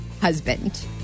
husband